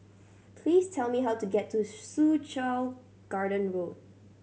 please tell me how to get to Soo Chow Garden Road